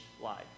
life